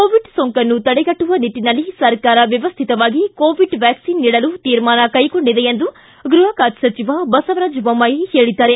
Covid ಸೋಂಕನ್ನು ತಡೆಗಟ್ಟುವ ನಿಟ್ಟನಲ್ಲಿ ಸರ್ಕಾರ ವ್ಯವ್ಯತವಾಗಿ ಕೋವಿಡ್ ವ್ಯಾಕ್ಲಿನ್ ನೀಡಲು ತೀರ್ಮಾನ ಕೈಗೊಂಡಿದೆ ಎಂದು ಗೃಹ ಖಾತೆ ಸಚಿವ ಬಸವರಾಜ ಬೊಮ್ಬಾಯಿ ತಿಳಿಸಿದ್ದಾರೆ